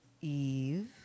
Eve